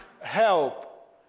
help